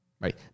right